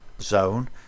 zone